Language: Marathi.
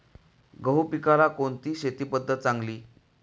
गहू पिकाला कोणती शेती पद्धत चांगली?